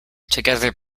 together